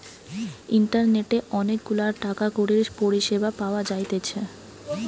ইন্টারনেটে অনেক গুলা টাকা কড়ির পরিষেবা পাওয়া যাইতেছে